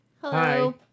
Hello